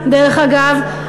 אגב,